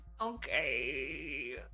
Okay